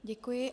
Děkuji.